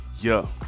yo